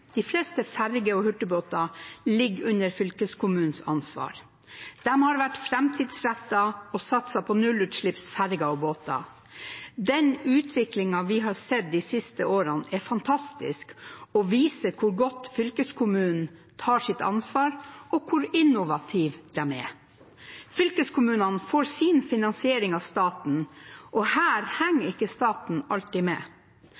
De fleste ferger og hurtigbåter ligger under fylkeskommunens ansvar. De har vært framtidsrettede og satset på nullutslippsferger og -båter. Den utviklingen vi har sett de siste årene, er fantastisk og viser hvor godt fylkeskommunene tar sitt ansvar, og hvor innovative de er. Fylkeskommunene får sin finansiering av staten, og her henger staten ikke alltid med.